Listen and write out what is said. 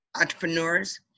entrepreneurs